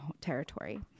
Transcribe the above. territory